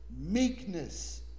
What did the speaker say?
Meekness